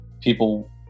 people